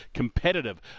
Competitive